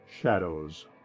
Shadows